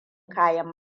kayan